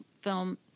film